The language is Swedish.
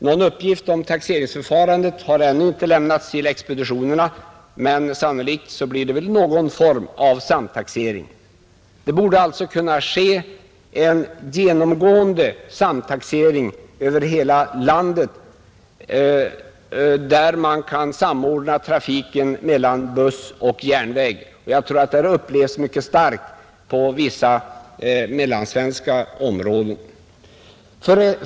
Någon uppgift om taxeringsförfarandet har ännu inte lämnats till expeditionerna, men sannolikt blir det någon form av samtaxering. Det borde alltså kunna ske en genomgående samtaxering över hela landet, där man kan samordna trafiken mellan buss och järnväg. Jag tror detta behov upplevs mycket starkt på vissa mellansvenska områden.